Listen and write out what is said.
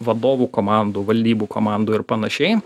vadovų komandų valdybų komandų ir panašiai